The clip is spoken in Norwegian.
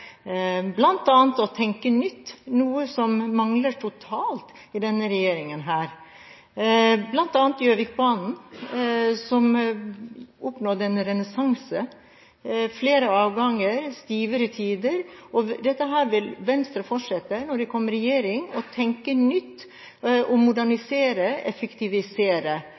ved å tenke nytt, noe som mangler totalt i denne regjeringen. Et eksempel er Gjøvikbanen, som oppnådde en renessanse, med flere avganger og stivere tider. Dette vil Venstre fortsette med når vi kommer i regjering: å tenke nytt, å modernisere og å effektivisere.